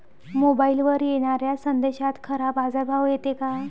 मोबाईलवर येनाऱ्या संदेशात खरा बाजारभाव येते का?